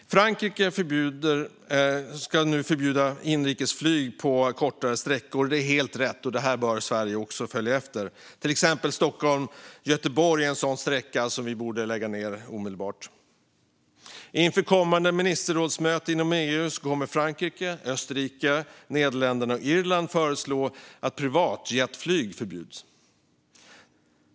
Frankrike ska nu förbjuda inrikesflyg på kortare sträckor. Det är helt rätt, och Sverige bör följa efter. Exempelvis borde sträckan Stockholm-Göteborg läggas ned omedelbart. Inför kommande ministerrådsmöte i EU kommer Frankrike, Österrike, Nederländerna och Irland att föreslå att privatjetflyg förbjuds.